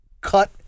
cut